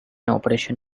operation